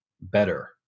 better